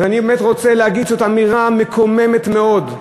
אז אני באמת רוצה להגיד: זאת אמירה מקוממת מאוד,